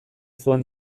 zuen